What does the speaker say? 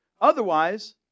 Otherwise